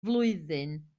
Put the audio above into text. flwyddyn